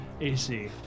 AC